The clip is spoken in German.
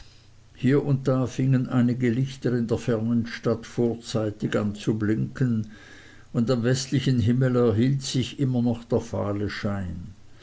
hier und da fingen einige lichter in der fernen stadt vorzeitig an zu blinken und am westlichen himmel erhielt sich immer noch der fahle schein